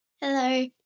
Hello